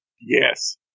Yes